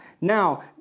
Now